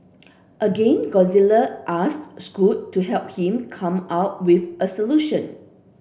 again Gonzalez asked Scoot to help him come up with a solution